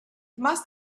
must